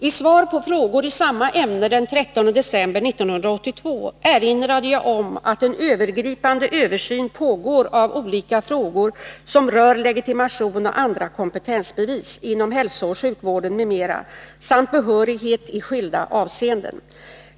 I svar på frågor i samma ämne den 13 december 1982 erinrade jag om att en övergripande översyn pågår av olika frågor som rör legitimation och andra kompetensbevis inom hälsooch sjukvården m.m. samt behörighet i skilda avseenden.